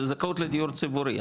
זה זכאות לדיור ציבורי,